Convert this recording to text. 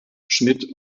schmidt